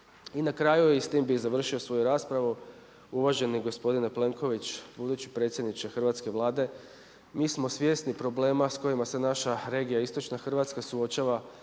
I na kraju i s tim bi završio svoju raspravu, uvaženi gospodine Plenković, budući predsjedniče hrvatske Vlade, mi smo svjesni problema s kojima se naša regija Istočna Hrvatska suočava